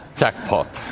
jackpot!